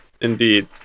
Indeed